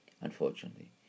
unfortunately